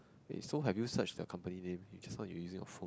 eh so have you searched the company name eh just now you using your phone